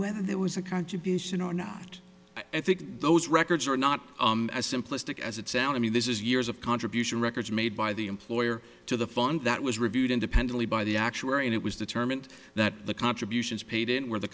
whether there was a contribution or not i think those records are not as simplistic as it sounds i mean this is years of contribution records made by the employer to the fund that was reviewed independently by the actuary and it was determined that the contributions paid in were the